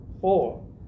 four